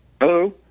Hello